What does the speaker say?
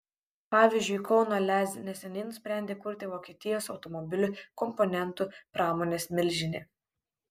pavyzdžiui kauno lez neseniai nusprendė kurti vokietijos automobilių komponentų pramonės milžinė